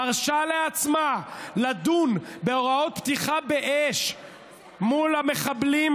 מרשה לעצמה לדון בהוראות פתיחה באש מול המחבלים,